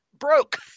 broke